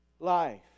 life